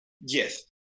Yes